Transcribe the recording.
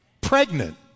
pregnant